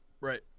Right